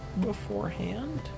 beforehand